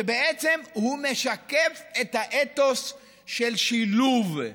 ובעצם הוא משקף את האתוס של שילוב,